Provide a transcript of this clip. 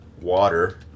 water